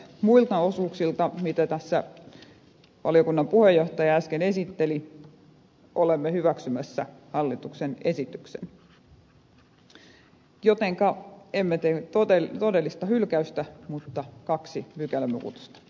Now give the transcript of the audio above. muilta osuuksilta mitä tässä valiokunnan puheenjohtaja äsken esitteli olemme hyväksymässä hallituksen esityksen jotenka emme tee todellista hylkäystä mutta kaksi pykälämuutosta